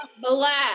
black